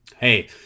Hey